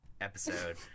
episode